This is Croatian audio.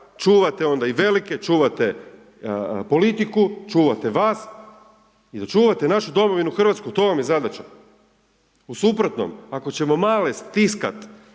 čuvate onda i velike, čuvate politiku, čuvate vas i da čuvate našu domovinu Hrvatsku, to vam je zadaća. U suprotnom, ako ćemo male stiskat